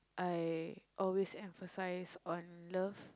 I always empathise on love